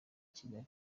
kigali